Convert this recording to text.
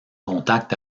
contact